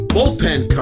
Bullpen